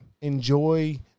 Enjoy